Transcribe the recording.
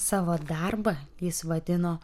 savo darbą jis vadino